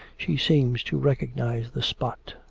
she seems to recognise the spot.